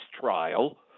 trial